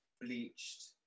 bleached